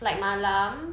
flight malam